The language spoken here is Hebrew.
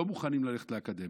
לא מוכנים ללכת לאקדמיה,